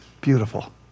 beautiful